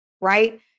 Right